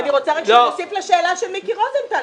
אני רוצה רק להוסיף לשאלה של מיקי רוזנטל.